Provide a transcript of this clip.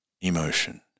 Emotion